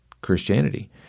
Christianity